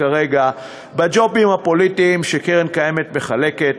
כרגע בג'ובים הפוליטיים שקרן קיימת מחלקת,